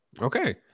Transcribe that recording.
Okay